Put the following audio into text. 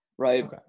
right